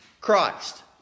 Christ